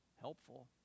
helpful